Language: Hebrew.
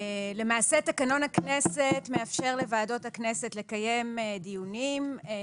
לא פחות סוברנית, בדיוק.